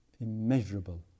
immeasurable